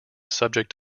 subject